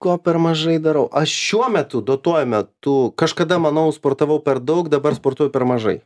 ko per mažai darau aš šiuo metu duotuoju metu kažkada manau sportavau per daug dabar sportuoju per mažai